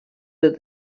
that